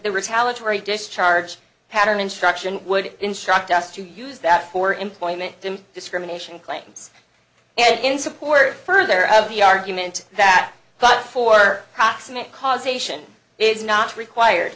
the retaliatory discharge pattern instruction would instruct us to use that for employment discrimination claims and in support further of the argument that but for proximate cause ation is not required